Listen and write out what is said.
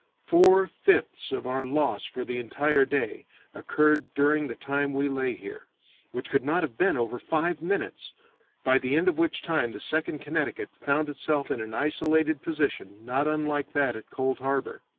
four fifths of our loss for the entire day occurred during the time we lay here which could not have been over five minutes by the end of which time the second connecticut found itself in an isolated position not unlike that at cold harbor.